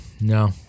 No